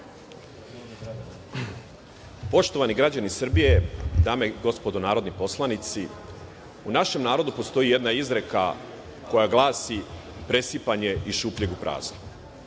Poštovani građani Srbije, dame i gospodo narodni poslanici, u našem narodu postoji jedna izreka koja glasi – presipanje iz šupljeg u prazno.